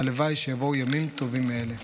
הלוואי שיבואו ימים טובים מאלה.